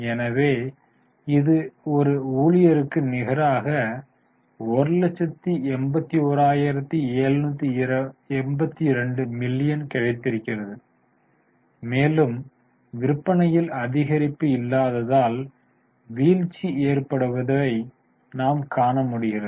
எனவே இது ஒரு ஊழியருக்கு நிகராக 181782 மில்லியன் கிடைத்திருக்கிறது மேலும் விற்பனையில் அதிகரிப்பு இல்லாததால் வீழ்ச்சி ஏற்படுவதை நாம் காண முடிகிறது